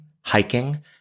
hiking